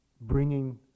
bringing